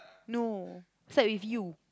no except with you